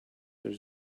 there